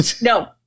No